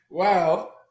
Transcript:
Wow